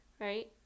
Right